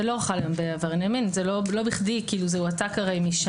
זה לא חל בחוק העסקת עברייני מין ולא בכדי כי זה הרי הועתק משם.